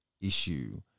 issue